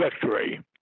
victory